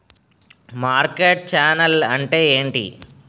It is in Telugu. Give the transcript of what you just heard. మార్కెట్ ఛానల్ అంటే ఏంటి?